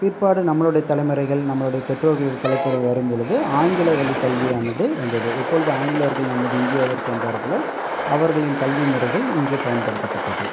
பிற்பாடு நம்மளுடைய தலைமுறைகள் நம்மளுடைய பெற்றோர்களின் தலைமுறை வரும்பொழுது ஆங்கில வழி கல்வியானது வந்தது எப்பொழுது ஆங்கிலயேர்கள் நமது இந்தியாவிற்கு வந்தார்களோ அவர்களின் கல்வி முறைகள் இங்கே பயன்படுத்தப்பட்டது